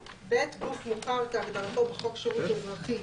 (ב) גוף מוכר כהגדרתו בחוק שירות אזרחי,